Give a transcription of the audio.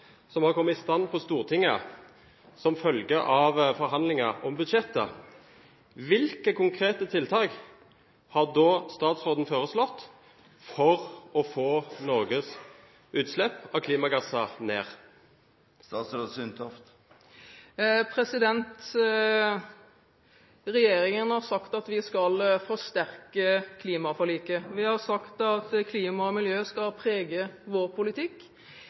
som har kommet i stand på Stortinget som følge av forhandlinger om budsjettet, hvilke konkrete tiltak har statsråden foreslått for å få Norges utslipp av klimagasser ned? Regjeringen har sagt at den skal forsterke klimaforliket. Vi har sagt at klima og miljø skal prege vår politikk.